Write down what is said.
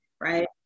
Right